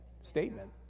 statement